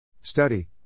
Study